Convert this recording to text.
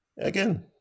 again